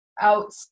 out